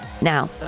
Now